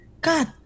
God